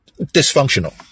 dysfunctional